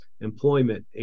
employment